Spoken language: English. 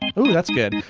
oo that's good.